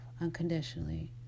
unconditionally